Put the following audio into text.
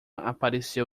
apareceu